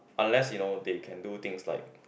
unless you know they can do things like